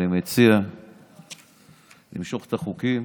אני מציע למשוך את החוקים